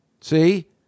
see